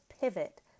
pivot